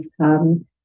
come